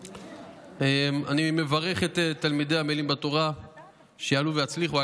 אני מברך את תלמידי עמלים בתורה שיעלו ויצליחו.